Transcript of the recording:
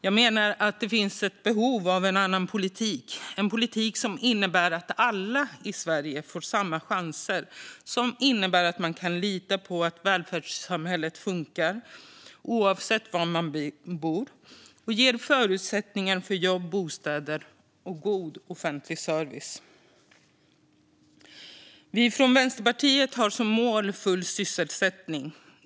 Jag menar att det finns behov av en annan politik - en politik som innebär att alla i Sverige får samma chanser, som innebär att man kan lita på att välfärdssamhället fungerar oavsett var man bor och som ger förutsättningar för jobb, bostäder och god offentlig service. Vi från Vänsterpartiet har full sysselsättning som mål.